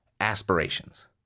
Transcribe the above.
Aspirations